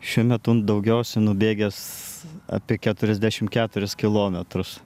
šiuo metu daugiausia nubėgęs apie keturiasdešim keturis kilometrus